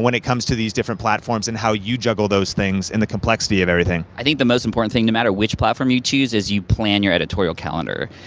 when it comes to these different platforms and how you juggle those things and the complexity of everything? i think the most important thing, no matter which platform you choose is you plan your editorial calendar.